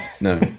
No